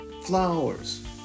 flowers